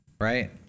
right